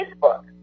Facebook